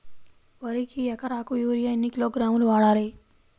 వరికి ఎకరాకు యూరియా ఎన్ని కిలోగ్రాములు వాడాలి?